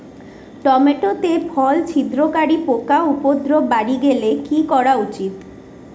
Tomato তে ফল ছিদ্রকারী পোকা উপদ্রব বাড়ি গেলে কি করা উচিৎ?